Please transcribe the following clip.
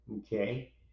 Okay